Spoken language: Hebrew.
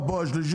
אתה כבר השלישי